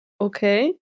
Okay